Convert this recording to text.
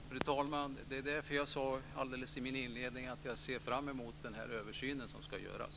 Fru talman! Det är därför jag sade i min inledning att jag ser fram emot den översyn som ska göras.